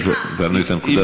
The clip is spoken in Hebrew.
הבהרנו את הנקודה,